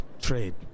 trade